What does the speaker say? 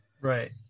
right